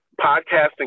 podcasting